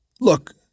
Look